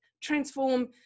transform